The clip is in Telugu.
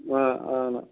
అవును